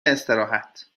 استراحت